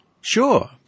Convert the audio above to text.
Sure